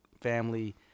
family